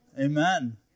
Amen